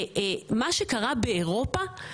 מה שקרה באירופה,